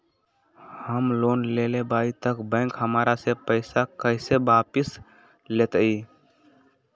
हम लोन लेलेबाई तब बैंक हमरा से पैसा कइसे वापिस लेतई?